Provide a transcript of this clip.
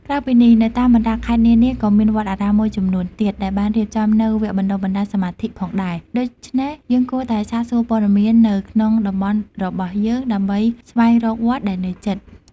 ក្រៅពីនេះ នៅតាមបណ្តាខេត្តនានាក៏មាន វត្តអារាមមួយចំនួនទៀត ដែលបានរៀបចំនូវវគ្គបណ្តុះបណ្តាលសមាធិផងដែរ ដូច្នេះយើងគួរតែសាកសួរព័ត៌មាននៅក្នុងតំបន់របស់យើងដើម្បីស្វែងរកវត្តដែលនៅជិត។